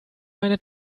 meine